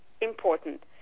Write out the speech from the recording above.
important